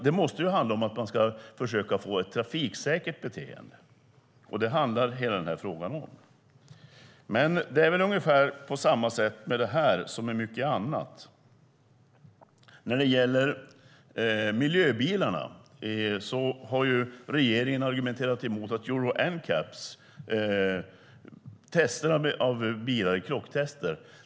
Det måste handla om att man ska försöka få ett trafiksäkert beteende. Det är vad hela den här frågan handlar om. Men det är ungefär på samma sätt med detta som med mycket annat. När det gäller miljöbilarna har regeringen argumenterat emot Euro NCAP och testerna av bilar i krocktester.